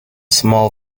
small